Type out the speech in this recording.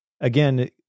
again